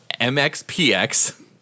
MXPX